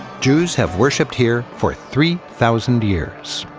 jews have worshipped here for three thousand years.